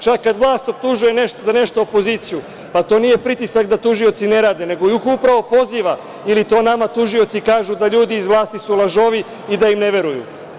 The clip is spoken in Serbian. Čak kad vlast optužuje za nešto opoziciju, pa to nije pritisak da tužioci ne rade, nego ih upravo poziva ili to nama tužioci kažu da ljudi iz vlasti su lažovi i da im ne veruju.